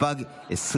התשפ"ג 2023,